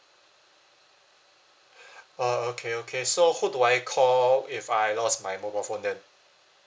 uh okay okay so who do I call if I lost my mobile phone then